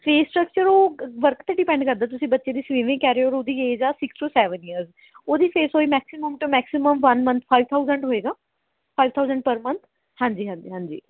fees structure ਉਹ work 'ਤੇ depend ਕਰਦਾ ਤੁਸੀਂ ਬੱਚੇ ਦੀ ਸਵੀਮਿੰਗ ਕਹਿ ਰਹੇ ਓ ਓਹਦੀ ਏਜ਼ ਹੈ ਸਿਕਸ ਸੈਵਨ ਈਅਰ ਉਹਦੀ ਫੀਸ ਹੋਏਗੀ maximum to maximum one month five thousand ਹੋਏਗਾ ਫਾਈਵ ਥਾਊਜ਼ੈਟ ਪਰ ਮਨਥ ਹਾਂਜੀ ਹਾਂਜੀ ਹਾਂਜੀ